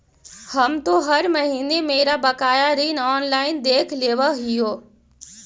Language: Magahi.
हम तो हर महीने मेरा बकाया ऋण ऑनलाइन देख लेव हियो